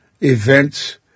events